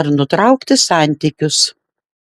ar nutraukti santykius